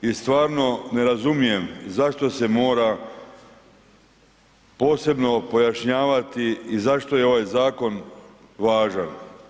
I stvarno ne razumijem zašto se mora posebno pojašnjavati i zašto je ovaj zakon važan.